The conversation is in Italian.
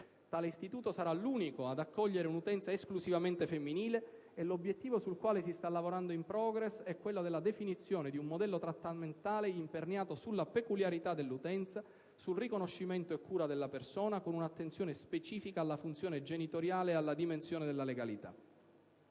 Tale istituto sarà l'unico ad accogliere l'utenza esclusivamente femminile e l'obiettivo sul quale si sta lavorando *in* *progress* è quello della definizione di un modello trattamentale imperniato sulla peculiarità dell'utenza e sul riconoscimento e cura della persona, con un'attenzione specifica alla funzione genitoriale e alla dimensione della legalità.